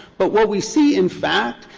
but what we see, in fact,